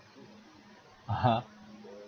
(uh huh)